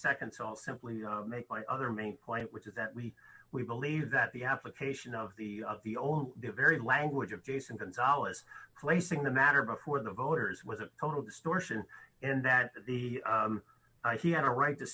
seconds i'll simply make my other main point which is that we we believe that the application of the of the only the very language of jason gonzales placing the matter before the voters was a total distortion and that the he had a right to